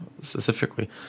specifically